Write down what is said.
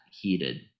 heated